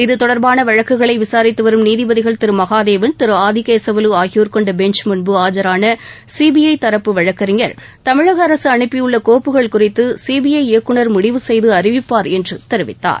இதுதொடர்பான வழக்குகளை விசாரித்து வரும் நீதிபதிகள் திரு மகாதேவன் திரு ஆதிகேசவலு ஆகியோர் கொண்ட பெஞ்ச் முன்பு ஆஜான சிபிஐ தரப்பு வழக்கறிஞர் தமிழக அரசு அனுப்பியுள்ள கோப்புகள் குறித்து சிபிஐ இயக்குநர் முடிவு செய்து அறிவிப்பார் என்று தெரிவித்தார்